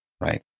right